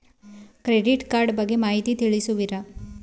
Credit card ಬಗ್ಗೆ ಮಾಹಿತಿ ತಿಳಿಸುವಿರಾ?